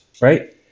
right